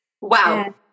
Wow